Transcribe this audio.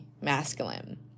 masculine